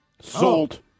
Salt